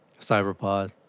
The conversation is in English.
Cyberpod